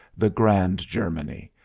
the grand germany,